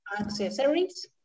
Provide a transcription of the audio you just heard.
accessories